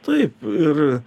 taip ir